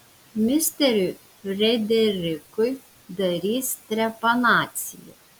misteriui frederikui darys trepanaciją